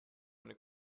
eine